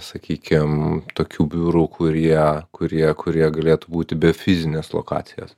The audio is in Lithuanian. sakykim tokių biurų kurie kurie kurie galėtų būti be fizinės lokacijos